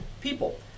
people